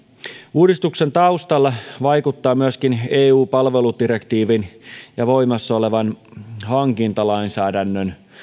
uudistuksen taustalla vaikuttavat myöskin eun palveludirektiivin ja voimassa olevan hankintalainsäädännön